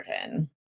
version